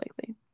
likely